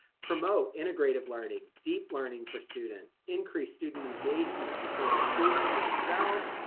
promote integrative learning deep learning for students increase student engagement between the students and themselves,